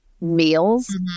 meals